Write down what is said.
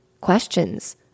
questions